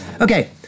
Okay